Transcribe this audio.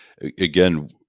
again